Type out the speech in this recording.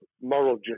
moral